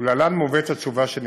ולהלן מובאת התשובה שנתקבלה: